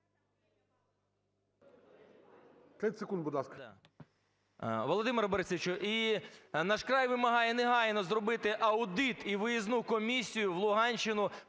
Володимире Борисовичу, і "Наш край" вимагає негайно зробити аудит і виїзну комісію в Луганщину